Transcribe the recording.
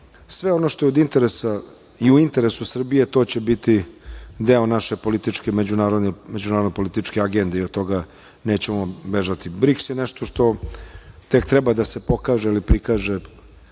Sve ono što je od interesa i u interesu Srbije to će biti deo naše političke, međunarodno-političke agende i od toga nećemo bežati. BRIKS je nešto što tek treba da se pokaže ili prikaže